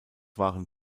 waren